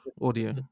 audio